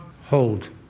hold